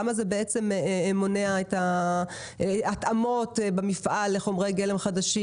למה זה בעצם מונע את ההתאמות במפעל לחומרי גלם חדשים?